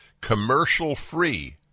commercial-free